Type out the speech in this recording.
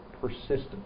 persistent